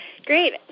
Great